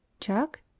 Chuck